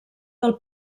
del